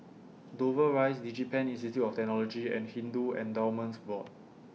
Dover Rise Digipen Institute of Technology and Hindu Endowments Board